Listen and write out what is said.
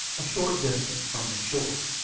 a short distance from the shore.